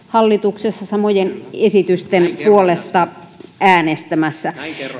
hallituksessa samojen esitysten puolesta äänestämässä